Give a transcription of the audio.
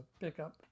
pickup